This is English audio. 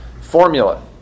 formula